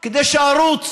כדי שערוץ